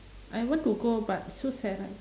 I want to go but so sad right